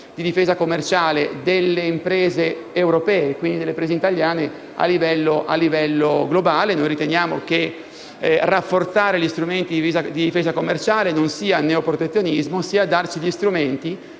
di difesa commerciale delle imprese europee - e quindi delle imprese italiane - a livello globale. Riteniamo che rafforzare gli strumenti di difesa commerciale non sia neoprotezionismo, ma significhi dotarci di strumenti